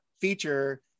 feature